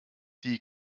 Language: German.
die